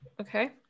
Okay